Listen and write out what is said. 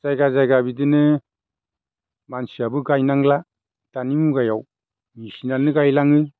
जायगा जायगा बिदिनो मानसियाबो गायनांला दानि मुगायाव मेसिनानो गायलाङो